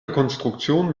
konstruktion